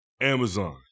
Amazon